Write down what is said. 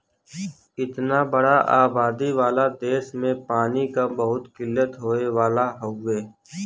इतना बड़ा आबादी वाला देस में पानी क बहुत किल्लत होए वाला हउवे